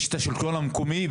יש השלטון המקומי,